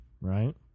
Right